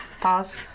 Pause